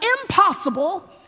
impossible